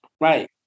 Right